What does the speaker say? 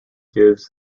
gives